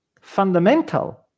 fundamental